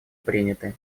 приняты